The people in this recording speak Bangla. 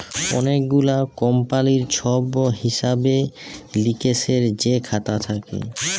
অলেক গুলা কমপালির ছব হিসেব লিকেসের যে খাতা থ্যাকে